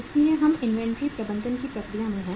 इसलिए हम इन्वेंट्री प्रबंधन की प्रक्रिया में हैं